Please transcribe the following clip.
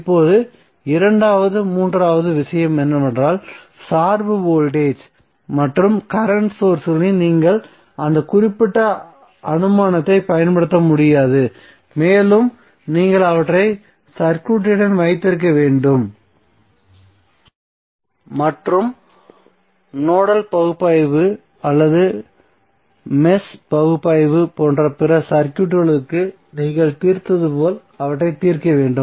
இப்போது இரண்டாவது முக்கியமான விஷயம் என்னவென்றால் சார்பு வோல்டேஜ் அல்லது கரண்ட் சோர்ஸ்களில் நீங்கள் அந்த குறிப்பிட்ட அனுமானத்தைப் பயன்படுத்த முடியாது மேலும் நீங்கள் அவற்றை சர்க்யூட்டுடன் வைத்திருக்க வேண்டும் மற்றும் நோடல் பகுப்பாய்வு அல்லது மேட்ச் பகுப்பாய்வு போன்ற பிற சர்க்யூட்களுக்கு நீங்கள் தீர்த்தது போல் அவற்றைத் தீர்க்க வேண்டும்